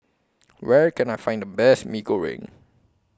Where Can I Find The Best Mee Goreng